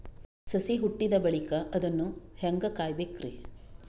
ಸಸಿ ಹುಟ್ಟಿದ ಬಳಿಕ ಅದನ್ನು ಹೇಂಗ ಕಾಯಬೇಕಿರಿ?